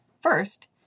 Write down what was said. First